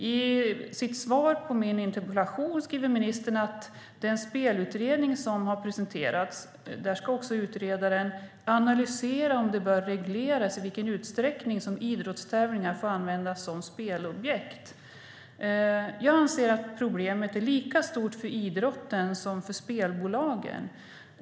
I sitt svar på min interpellation skriver ministern att i den spelutredning som har presenterats ska utredaren också "analysera om det bör regleras i vilken utsträckning som idrottstävlingar ska få användas som spelobjekt". Jag anser att problemet är lika stort för idrotten som för spelbolagen.